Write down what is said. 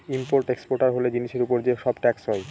import exporter হলে জিনিসের উপর যে সব ট্যাক্স হয়